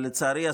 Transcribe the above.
לצערי,